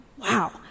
wow